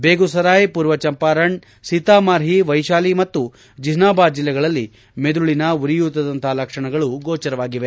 ಬೆಗುಸಾರ್ಲೆ ಪೂರ್ವ ಚಂಪಾರಣ್ ಸೀತಾಮಾರ್ಹಿ ವ್ಲೆಶಾಲಿ ಮತ್ತು ಜಹ್ನಾಬಾದ್ ಜಿಲ್ಲೆಗಳಲ್ಲಿ ಮಿದುಳಿನ ಉರಿಯೂತದಂತಹ ಲಕ್ಷಣಗಳು ಗೋಚರವಾಗಿವೆ